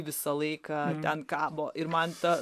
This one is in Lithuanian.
visą laiką ten kabo ir man ta